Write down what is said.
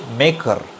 maker